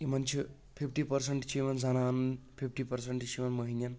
یِمن چھُ fifty percent چھُ یِوان زنانن فِفٹی پٔرسنٹ چھُ یِوان مہنین